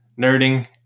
nerding